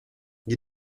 you